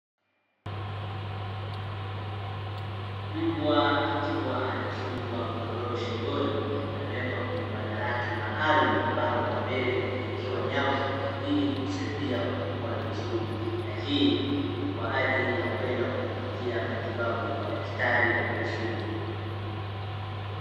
Mbwa akiwa amefungwa mnyoyoro shingoni, amewekwa kwenye banda lake maalumu ambalo kwa mbele limewekewe nyavu ili kumsaidia kupumua vizuri. Na hii ni kwa ajili ya kwenda kumpatia matibabu kwa daktari wa mifugo.